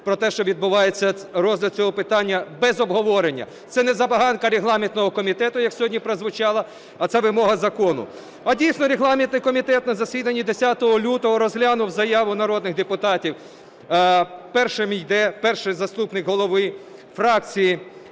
про те, що відбувається розгляд цього питання без обговорення. Це не забаганка Регламентного комітету, як сьогодні прозвучало, а це вимога закону. А, дійсно, Регламентний комітет на засіданні 10 лютого розглянув заяву народних депутатів (першим йде перший заступник голови фракції